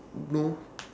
no